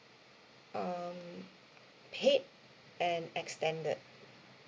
um paid and extended